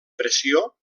pressió